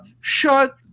Shut